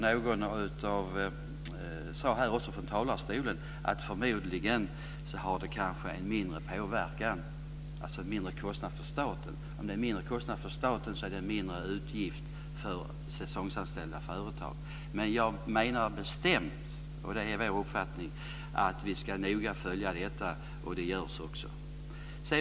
Någon sade från den här talarstolen att det förmodligen har en mindre påverkan, dvs. en mindre kostnad för staten. Om det är en mindre kostnad för staten är det en mindre utgift för företag med säsongsanställda. Men jag menar bestämt, och det är vår uppfattning, att vi ska noga följa detta. Det görs också.